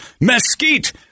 mesquite